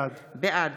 בעד